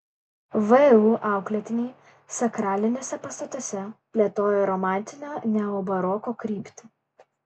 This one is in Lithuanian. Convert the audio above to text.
vu auklėtiniai sakraliniuose pastatuose plėtojo romantinio neobaroko kryptį